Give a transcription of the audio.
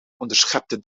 onderschepte